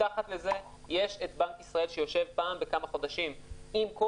מתחת לזה יש את בנק ישראל שיושב פעם בכמה חודשים עם כל